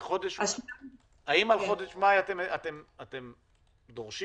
האם על חודש מאי אתם דורשים,